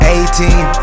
Eighteen